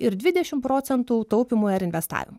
ir dvidešim procentų taupymui ar investavimui